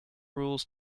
rules